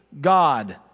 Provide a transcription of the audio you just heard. God